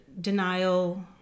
denial